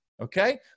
Okay